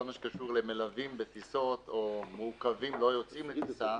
כל מה שקשור למלווים בטיסות או מעוכבים ולא יוצאים לטיסה,